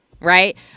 Right